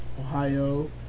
Ohio